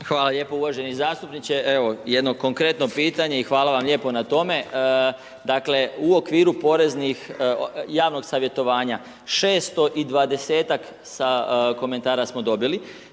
Hvala lijepo uvaženi zastupniče, evo jedno konkretno pitanje i hvala vam lijepo na tome. Dakle u okviru poreznih, javnog savjetovanja, 620ak komenatara smo dobili.